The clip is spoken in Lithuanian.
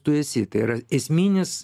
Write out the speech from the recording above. tu esi tai yra esminis